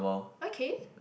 okay